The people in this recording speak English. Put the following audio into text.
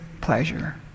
pleasure